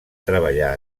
treballar